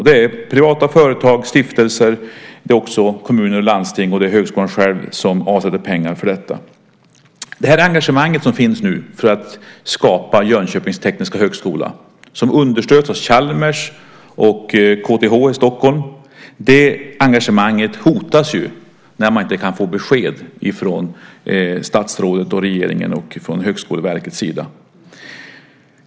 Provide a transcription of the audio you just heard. Det är privata företag, stiftelser, kommuner, landsting och högskolan själv som avsätter pengar för detta. Detta stora engagemang för att skapa Jönköpings tekniska högskola, som understöds av Chalmers och av KTH i Stockholm, hotas nu när man inte kan få besked från statsrådet, regeringen och Högskoleverket.